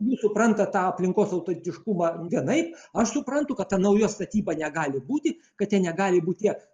jūs suprantat aplinkos autentiškumą vienaip aš suprantu kad ta nauja statyba negali būti kad ten negali būti tie